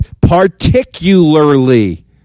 Particularly